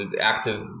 active